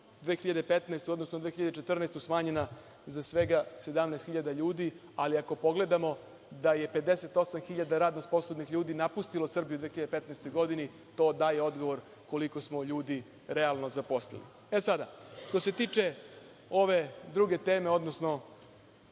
2014. godinu, smanjena za svega 17 hiljada ljudi. Ali, ako pogledamo da je 58 hiljada radno sposobnih ljudi napustilo Srbiju u 2015. godini, to daje odgovor koliko smo ljudi realno zaposlili.E, sada, što se tiče ove druge teme, odnosno